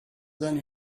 than